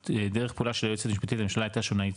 הדרך פעולה של היועצת המשפטית לממשלה הייתה שונה,